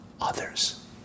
others